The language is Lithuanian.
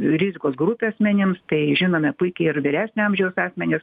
rizikos grupių asmenims tai žinome puikiai ir vyresnio amžiaus asmenis